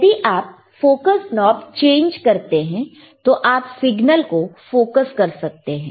यदि आप focus knob change करते हैं तो आप सिग्नल को फोकस कर सकते हैं